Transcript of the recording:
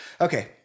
Okay